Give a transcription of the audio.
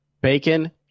bacon